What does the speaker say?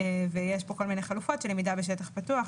ויש כאן כל מיני חלופות של למידה בשטח פתוח,